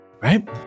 Right